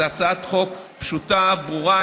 זו הצעת חוק פשוטה, ברורה.